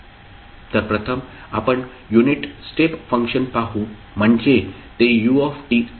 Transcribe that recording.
तर प्रथम आपण युनिट स्टेप फंक्शन पाहू म्हणजे ते u आहे